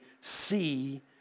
see